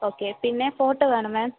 okay പിന്നെ photo വേണൊ മാം